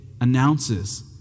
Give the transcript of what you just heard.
announces